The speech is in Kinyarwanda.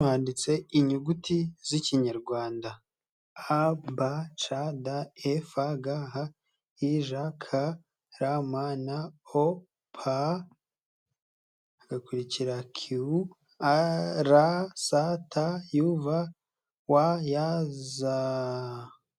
Hano handitse inyuguti z'ikinyarwanda : A, B, C, D, E, F, G, H, I, J, K, L, M, N, O, P, hagakurikira Q, R, S, T, U, V, W, Y, Z.